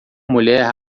mulher